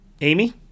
Amy